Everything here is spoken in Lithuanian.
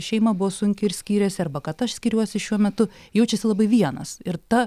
šeima buvo sunki ir skyrėsi arba kad aš skiriuosi šiuo metu jaučiasi labai vienas ir ta